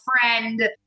friend